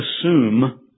assume